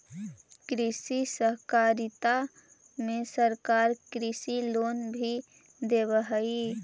कृषि सहकारिता में सरकार कृषि लोन भी देब हई